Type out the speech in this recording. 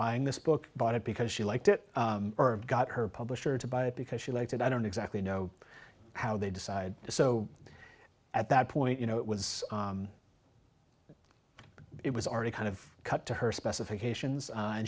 buying this book bought it because she liked it got her publisher to buy it because she liked it i don't exactly know how they decide so at that point you know it was it was already kind of cut to her specifications